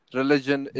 religion